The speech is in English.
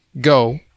go